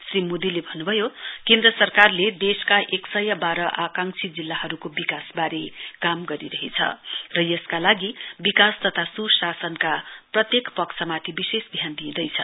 श्री मोदीले भन्नुभयो केन्द्र सरकारले देशका एक सय वाह्र आकांक्षी जिल्लाहरूको विकास बारे काम गरिरहेछ र यसका लागि विकास तथा सुशासनका प्रत्येक पक्षमाथि विशेष ध्यान दिइँदैछ